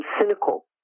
cynical